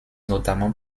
notamment